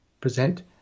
present